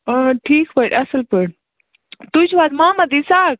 ٹھیٖک پٲٹھۍ اَصٕل پٲٹھۍ تُہۍ چھُو حظ محمد اصاق